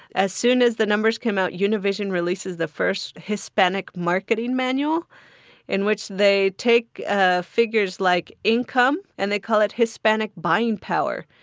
as soon as the numbers came out, univision releases the first hispanic marketing manual in which they take ah figures like income and they call it hispanic buying power.